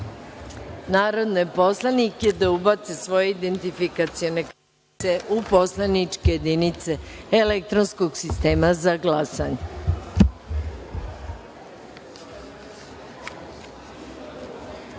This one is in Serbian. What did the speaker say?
narodne poslanike da ubace svoje identifikacione kartice u poslaničke jedinice elektronskog sistema za